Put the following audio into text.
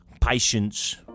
Patience